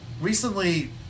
recently